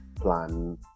plan